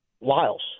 Lyles